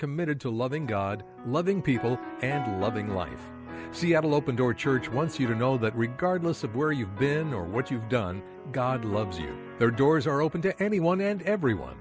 committed to loving god loving people and loving life seattle open door church once you know that regardless of where you've been or what you've done god loves their doors are open to anyone and everyone